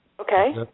Okay